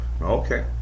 Okay